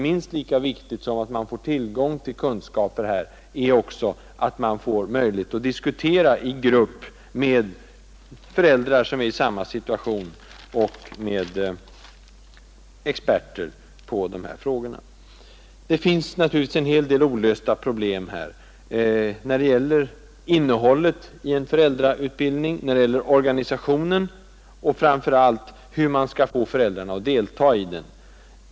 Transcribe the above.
Minst lika viktigt, som att man får tillgång till kunskap, är att man får möjlighet att diskutera i grupp med föräldrar som är i samma situation och med experter på de här frågorna. Det finns en hel del olösta problem när det gäller innehållet i en föräldrautbildning, när det gäller organisationen och framför allt hur man skall få föräldrarna att delta i utbildningen.